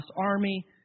army